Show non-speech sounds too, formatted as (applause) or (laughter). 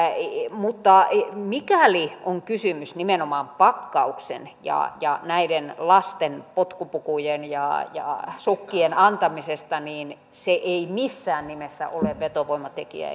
mutta mikäli on kysymys nimenomaan pakkauksen ja ja näiden lasten potkupukujen ja ja sukkien antamisesta niin se ei missään nimessä ole vetovoimatekijä (unintelligible)